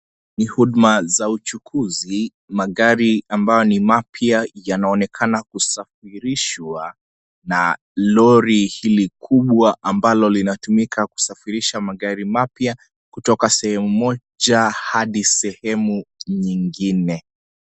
Ni huduma za uchukuzi magari ambayo ni mapya yanaonekana kusafirishwa na lori hili kubwa ambalo linatumika kusafirisha magari mapya kutoka sehemu moja hadi sehemu nyingine.